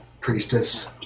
priestess